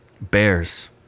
Bears